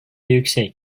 yüksek